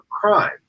crime